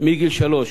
מגיל שלוש.